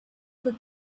that